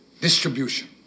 Distribution